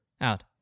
out